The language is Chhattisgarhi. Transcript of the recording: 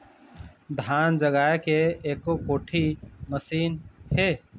धान जगाए के एको कोठी मशीन हे?